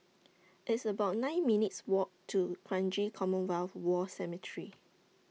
It's about nine minutes' Walk to Kranji Commonwealth War Cemetery